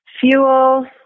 fuel